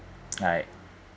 like